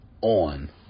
on